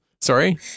Sorry